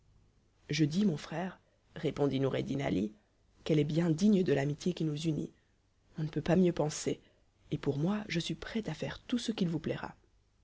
je dis mon frère répondit noureddin ali qu'elle est bien digne de l'amitié qui nous unit on ne peut pas mieux penser et pour moi je suis prêt à faire tout ce qu'il vous plaira